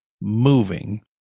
moving